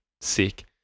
sick